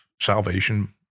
salvation